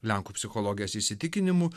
lenkų psichologės įsitikinimu